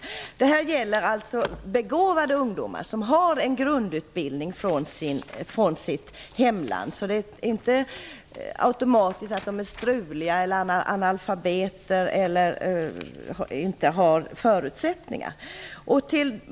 Förespeglad situation gäller alltså begåvade ungdomar, som har en grundutbildning i sitt hemland. De är alltså inte automatiskt struliga, analfabeter eller utan förutsättningar.